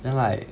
then like